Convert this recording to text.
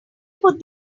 put